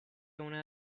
una